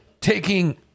taking